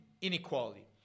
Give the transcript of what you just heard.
inequality